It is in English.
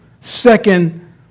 Second